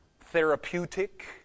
therapeutic